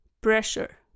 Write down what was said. pressure